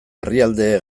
herrialde